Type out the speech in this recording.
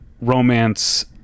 romance